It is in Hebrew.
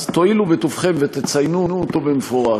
אז תואילו בטובכם ותציינו אותו במפורש,